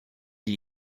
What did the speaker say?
gli